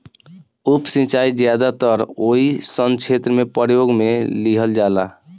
उप सिंचाई ज्यादातर ओइ सन क्षेत्र में प्रयोग में लिहल जाला